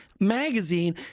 magazine